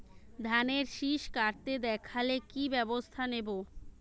ধানের শিষ কাটতে দেখালে কি ব্যবস্থা নেব?